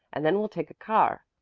and then we'll take a car,